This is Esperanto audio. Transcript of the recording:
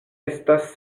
estas